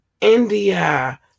india